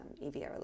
Evie